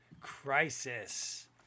crisis